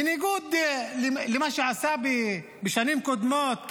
בניגוד למה שעשה בשנים קודמות,